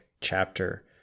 chapter